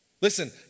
Listen